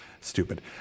Stupid